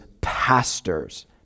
pastors